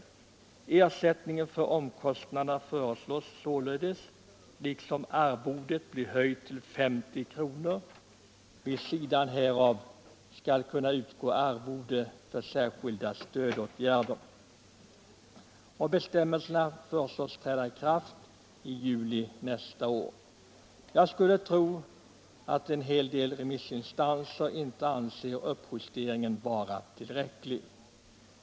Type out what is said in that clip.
Det föreslås således att ersättningen för omkostnader, liksom arvodet, höjs till 50 kr. Vid sidan härav skall kunna utgå arvode för särskilda stödåtgärder. Bestämmelserna föreslås träda i kraft den 1 juli nästa år. Jag skulle tro att en hel del remissinstanser inte anser uppjusteringen vara tillräcklig.